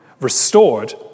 Restored